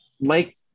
Mike